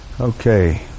Okay